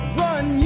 run